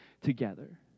together